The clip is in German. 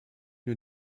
nur